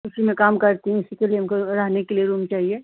उसी में काम करती हूँ इसी के लिए हमको रहने के लिए रूम चाहिए